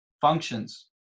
functions